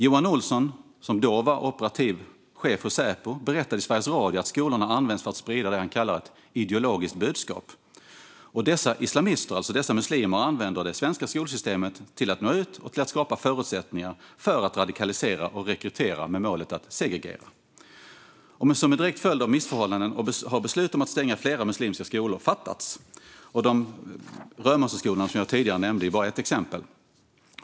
Johan Olsson, som då var operativ chef på Säpo, berättade i Sveriges Radio att skolorna används för att sprida det som han kallar ett ideologiskt budskap. Dessa islamister, alltså dessa muslimer, använder det svenska skolsystemet till att nå ut och till att skapa förutsättningar för att radikalisera och rekrytera med målet att segregera. Som en direkt följd av missförhållanden har beslut om att stänga flera muslimska skolor fattats. Römosseskolorna, som jag tidigare nämnde, är bara ett exempel.